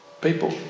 people